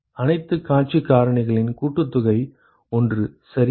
அனைத்து காட்சி காரணிகளின் கூட்டுத்தொகை 1 சரியா